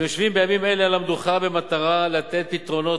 הם יושבים בימים אלה על המדוכה במטרה לתת פתרונות